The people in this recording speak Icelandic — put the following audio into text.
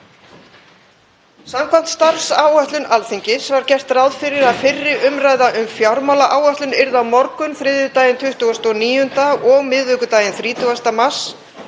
Samkvæmt starfsáætlun Alþingis var gert ráð fyrir að fyrri umræða um fjármálaáætlun yrði á morgun þriðjudaginn 29. mars og miðvikudaginn 30. mars.